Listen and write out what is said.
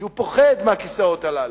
כי הוא פוחד מהכיסאות הללו.